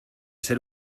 ser